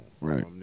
Right